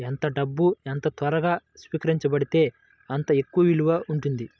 ఎంత డబ్బు ఎంత త్వరగా స్వీకరించబడితే అంత ఎక్కువ విలువ ఉంటుంది